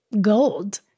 gold